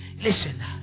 Listen